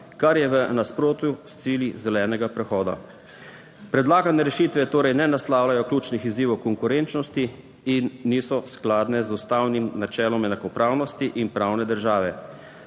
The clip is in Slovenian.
kar je v nasprotju s cilji zelenega prehoda. Predlagane rešitve torej ne naslavljajo ključnih izzivov konkurenčnosti in niso skladne z ustavnim načelom enakopravnosti in pravne države,